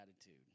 attitude